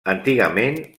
antigament